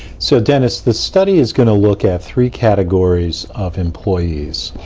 so dennis, the study is gonna look at three categories of employees.